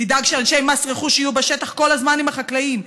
תדאג שאנשי מס רכוש יהיו בשטח יהיו בשטח כל הזמן עם החקלאים,